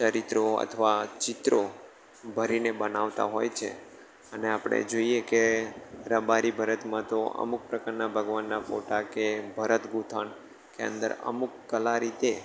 ચરિત્રો અથવા ચિત્રો ભરીને બનાવતા હોય છે અને આપણે જોઈએ કે રબારી ભરતમાં તો અમુક પ્રકારના ભગવાનના ફોટા કે ભરતગુંથણ કે અંદર અમુક કલા રીતે